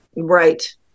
right